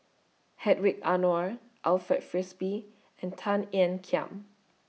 Hedwig Anuar Alfred Frisby and Tan Ean Kiam